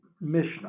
Mishnah